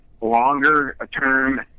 longer-term